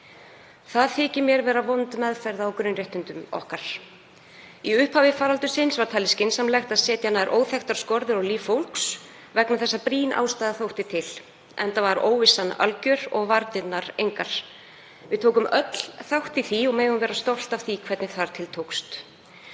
Það þykir mér vera vond meðferð á grunnréttindum okkar. Í upphafi faraldursins var talið skynsamlegt að setja nær óþekktar skorður á líf fólks vegna þess að brýn ástæða þótti til, enda var óvissan algjör og varnirnar engar. Við tókum öll þátt í því og megum vera stolt af því hvernig til tókst.